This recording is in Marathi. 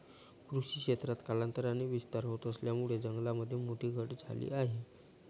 कृषी क्षेत्रात कालांतराने विस्तार होत असल्यामुळे जंगलामध्ये मोठी घट झाली आहे